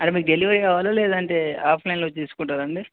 అది మీకు డెలివరీ కావాల లేదంటే ఆఫ్లైన్లో తీసుకుంటారా అండి